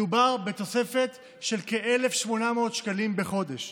מדובר בתוספת של כ-1,800 שקלים בחודש,